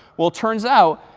well it turns out,